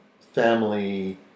family